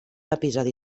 episodi